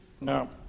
No